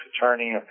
attorney